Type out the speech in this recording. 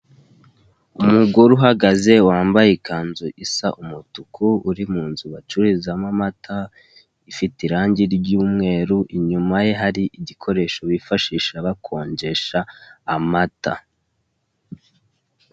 Umugore uhagaze wambaye ikanzu isa umutuku uri mu nzu bacururizamo amata ifite irange ry'umweru inyuma ye hari igikoresho bifashisha bakonjesha amata.